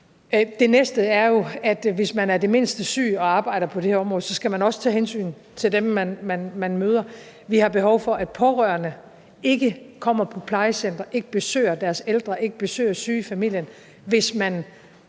Det næste er jo, at hvis man arbejder på det her område og er det mindste syg, så skal man også tage hensyn til dem, man møder. Vi har behov for, at man som pårørende ikke kommer på plejecenteret, ikke besøger ens ældre familiemedlem, ikke besøger syge i familien, hvis man